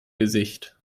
gesicht